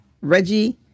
Reggie